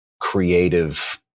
creative